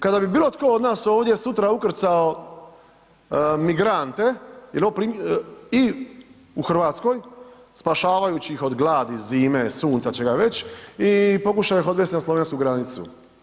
Kada bi bilo tko od nas ovdje sutra ukrcao migrante i u Hrvatskoj spašavajući ih od gladi, zime, sunca, čega već i pokušao ih odvesti na slovensku granicu.